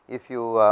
if you